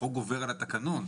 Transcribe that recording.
גובר על התקנון.